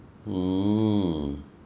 mm